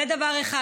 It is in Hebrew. זה דבר אחד.